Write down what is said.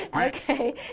Okay